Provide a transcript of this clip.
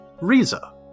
Riza